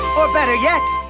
or better yet,